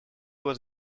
was